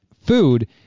food